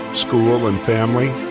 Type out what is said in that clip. school, and family.